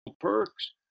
perks